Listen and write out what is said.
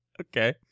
Okay